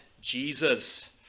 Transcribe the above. jesus